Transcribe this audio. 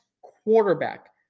quarterback